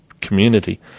community